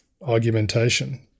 argumentation